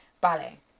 ballet